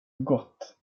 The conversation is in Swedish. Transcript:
gott